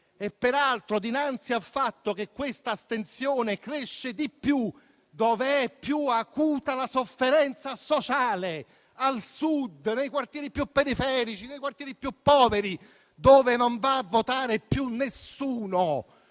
peraltro dinanzi al fatto che questa astensione cresce di più dov'è più acuta la sofferenza sociale, al Sud, nei quartieri più periferici, nei quartieri più poveri, dove non va a votare più nessuno.